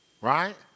right